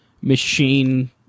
machine